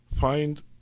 find